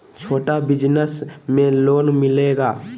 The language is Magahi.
छोटा बिजनस में लोन मिलेगा?